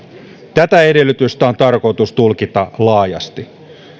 tätä edellytystä on tarkoitus tulkita laajasti